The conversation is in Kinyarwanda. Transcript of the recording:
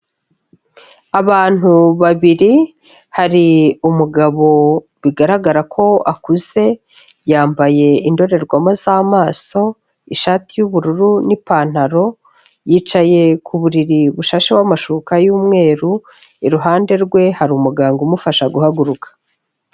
Abantu babiri, hari umugabo bigaragara ko akuze, yambaye indorerwamo z'amaso, ishati y'ubururu n'ipantaro, yicaye ku buriri bushasheho amashuka y'umweru, iruhande rwe hari umuganga umufasha guhaguruka.